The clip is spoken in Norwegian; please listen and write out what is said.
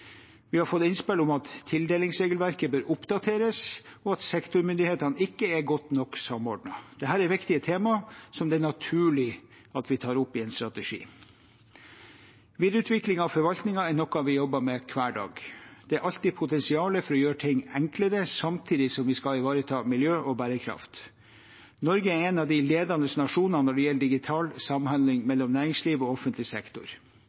Vi har fått innspill om at tildelingsregelverket bør oppdateres, og at sektormyndighetene ikke er godt nok samordnet. Dette er viktige tema, som det er naturlig at vi tar opp i en strategi. Videreutvikling av forvaltningen er noe vi jobber med hver dag. Det er alltid potensiale for å gjøre ting enklere, samtidig som vi skal ivareta miljø og bærekraft. Norge er en av de ledende nasjonene når det gjelder digital samhandling mellom næringsliv og offentlig sektor.